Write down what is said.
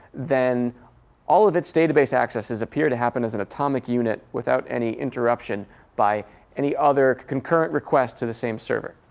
then all of its database accesses appear to happen as an atomic unit without any interruption by any other concurrent requests to the same server.